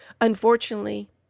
Unfortunately